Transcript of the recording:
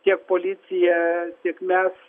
tiek policija tiek mes